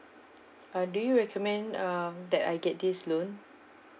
uh do you recommend uh that I get this loan